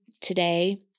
today